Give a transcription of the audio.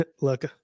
look